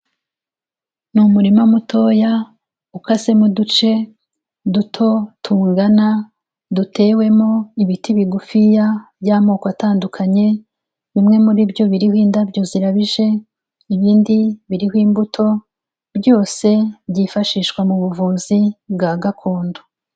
Ni umurima mutoya ukasemo uduce duto tungana dutewemo ibiti bigufiya by'amoko atandukanye, bimwe muri byo biriho indabyo zirabije ibindi biriho imbuto byose byifashishwa mu buvuzi bwa gakondo.